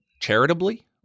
charitably